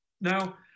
now